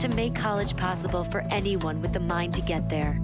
to make college possible for anyone with a mind to get there